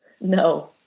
No